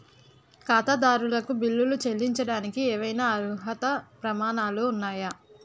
ఖాతాదారులకు బిల్లులు చెల్లించడానికి ఏవైనా అర్హత ప్రమాణాలు ఉన్నాయా?